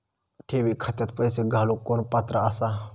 ठेवी खात्यात पैसे घालूक कोण पात्र आसा?